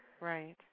Right